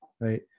right